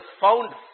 found